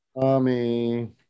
tommy